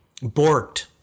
Borked